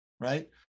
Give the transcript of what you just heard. Right